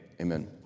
Amen